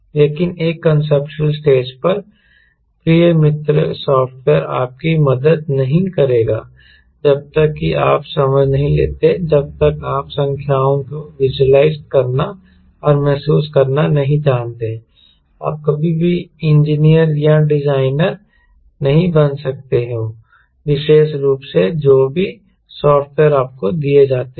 लेकिन एक conceptual stage पर प्रिय मित्र सॉफ्टवेयर आपकी मदद नहीं करेगा जब तक कि आप समझ नहीं लेते जब तक आप संख्याओं को विज़ुअलाइज करना और महसूस करना नहीं जानते आप कभी भी इंजीनियर या डिजाइनर नहीं बन सकते हो विशेष रूप से जो भी सॉफ्टवेअर आपको दिए जाते हैं